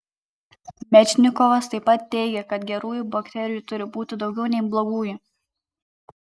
mečnikovas taip pat teigė kad gerųjų bakterijų turi būti daugiau nei blogųjų